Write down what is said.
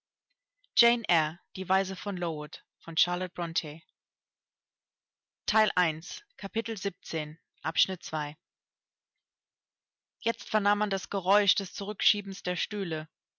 jetzt vernahm man das geräusch des zurückschiebens der stühle